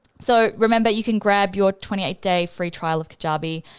so, remember you can grab your twenty eight day free trial of kajabi.